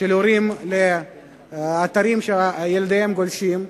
של ההורים לאתרים שילדיהם גולשים בהם.